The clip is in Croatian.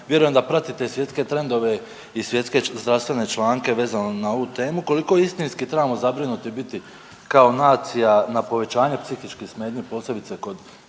Vjerujem da pratite i svjetske trendove i svjetske zdravstvene članke vezano na ovu temu. Koliko istinski trebamo zabrinuti biti kao nacija na povećanje psihičkih smetnji posebice kod